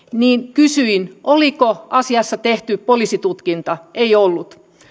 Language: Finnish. kysyin oliko asiassa tehty poliisitutkinta ei ollut oliko